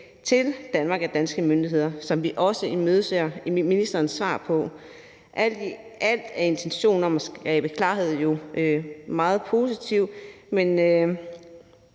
til Danmark af danske myndigheder, som vi også imødeser ministerens svar på. Alt i alt er intentionen om at skabe klarhed meget positiv, og